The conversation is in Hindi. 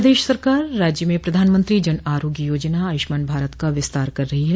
प्रदेश सरकार राज्य में प्रधानमंत्री जन आरोग्य योजना आयुष्मान भारत का विस्तार कर रही है